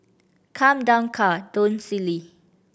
come down car don't silly